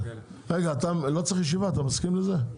רגע, אתה לא צריך ישיבה, אתה מסכים לזה?